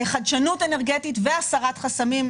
חדשנות אנרגטית והסרת חסמים,